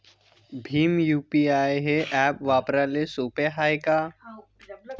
Bhim UPI हे app वापराले सोपे हाय का?